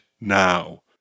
now